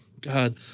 God